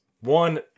One